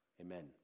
amen